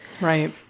Right